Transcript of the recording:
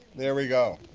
there we go.